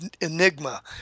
Enigma